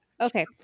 okay